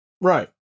Right